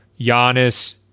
Giannis